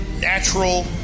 natural